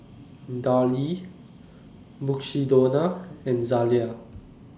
Darlie Mukshidonna and Zalia